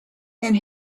and